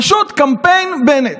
פשוט קמפיין בנט,